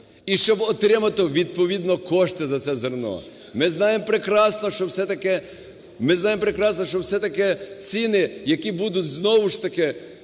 І щоб отримати відповідно кошти за це зерно. Ми знаємо прекрасно, що все-таки ціни, які будуть знову ж таки